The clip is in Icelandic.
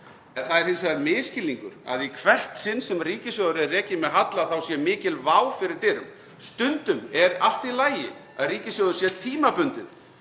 það er hins vegar misskilningur að í hvert sinn sem ríkissjóður er rekinn með halla þá sé mikil vá fyrir dyrum. Stundum er allt í lagi að ríkissjóður sé tímabundið